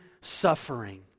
suffering